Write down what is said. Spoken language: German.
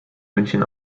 münchen